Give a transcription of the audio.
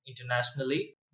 internationally